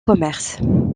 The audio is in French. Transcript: commerce